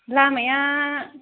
लामाया